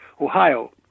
Ohio